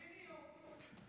בדיוק.